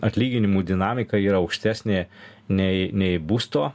atlyginimų dinamika yra aukštesnė nei nei būsto